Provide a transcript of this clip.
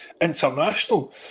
international